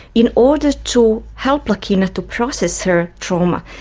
in order to help leahkhana to process her trauma,